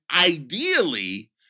ideally